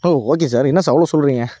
ஓ okay sir என்ன sir அவ்வளோ சொல்கிறீங்க